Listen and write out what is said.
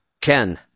ken